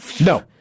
No